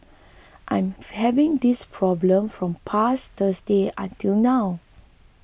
I'm having this problem from past Thursday until now